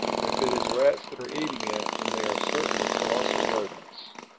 if it is rats that are eating it, then they are certainly colossal rodents.